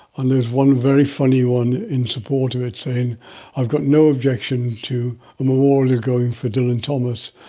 and there's one very funny one in support of it saying i've got no objection to a memorial going for dylan thomas,